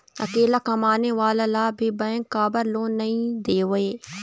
अकेला कमाने वाला ला भी बैंक काबर लोन नहीं देवे?